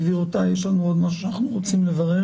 גבירותיי, יש לנו עוד משהו שאנחנו רוצים לברר?